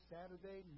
Saturday